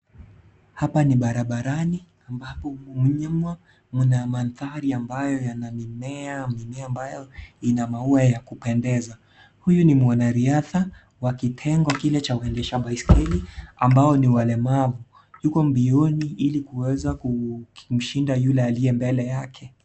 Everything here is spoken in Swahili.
Hapa ni barabarani ambapo humu nyuma mna manthari ambayo yana mimea, mimea ambayo ina maua ya kupendeza. Huyu ni mwanaritha wa kitengo kile cha wendesha baiskeli ambao ni walemavu. Yuko mbioni ili kuweza kumshinda yule aliye mbele yake.